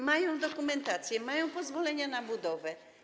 Mają dokumentację, mają pozwolenia na budowę.